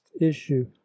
issue